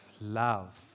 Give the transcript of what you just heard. love